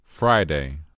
Friday